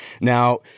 now